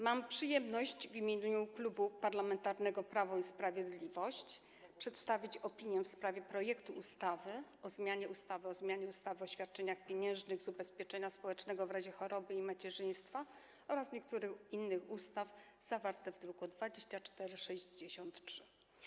Mam przyjemność w imieniu Klubu Parlamentarnego Prawo i Sprawiedliwość przedstawić opinię w sprawie projektu ustawy o zmianie ustawy o zmianie ustawy o świadczeniach pieniężnych z ubezpieczenia społecznego w razie choroby i macierzyństwa oraz niektórych innych ustaw, zawartego w druku nr 2463.